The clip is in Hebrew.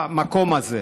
במקום הזה.